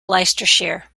leicestershire